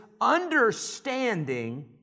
understanding